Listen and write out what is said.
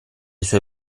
sue